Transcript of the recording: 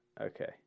Okay